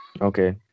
Okay